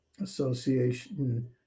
association